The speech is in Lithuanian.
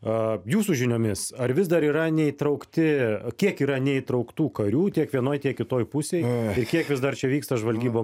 a jūsų žiniomis ar vis dar yra neįtraukti kiek yra neįtrauktų karių tiek vienoj tiek kitoj pusėj kiek vis dar čia vyksta žvalgyba